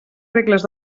regles